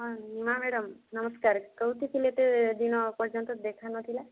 ହଁ ନୂଆ ମ୍ୟାଡ଼ମ ନମସ୍କାର କେଉଁଠି ଥିଲେ ଏତେ ଦିନ ପର୍ଯ୍ୟନ୍ତ ଦେଖା ନଥିଲା